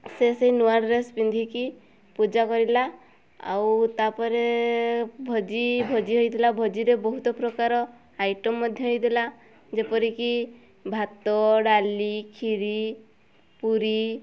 ସେ ସେ ନୂଆ ଡ୍ରେସ୍ ପିନ୍ଧିକି ପୂଜା କରିଲା ଆଉ ତାପରେ ଭୋଜି ଭୋଜି ହେଇଥିଲା ଭୋଜିରେ ବହୁତ ପ୍ରକାର ଆଇଟମ୍ ମଧ୍ୟ ହେଇଥିଲା ଯେପରିକି ଭାତ ଡାଲି ଖିରି ପୁରୀ